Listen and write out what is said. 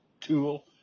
tool